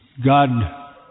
God